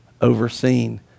overseen